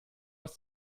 aus